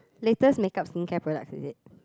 latest makeup skincare products is it